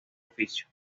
oficio